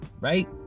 right